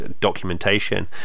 documentation